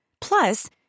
Plus